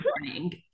morning